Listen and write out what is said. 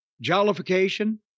jollification